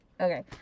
Okay